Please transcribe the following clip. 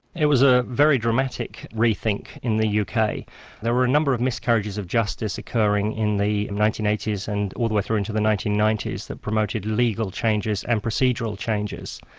it was a very dramatic rethink in the yeah uk. there were a number of miscarriages of justice occurring in the nineteen eighty s and all the way through into the nineteen ninety s that promoted legal changes and procedural changes.